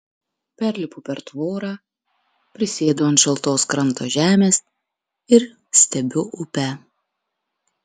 perlipu per tvorą prisėdu ant šaltos kranto žemės ir stebiu upę